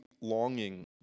Longing